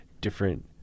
different